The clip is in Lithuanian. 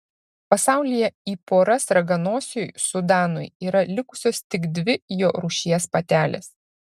pasaulyje į poras raganosiui sudanui yra likusios tik dvi jo rūšies patelės